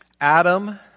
Adam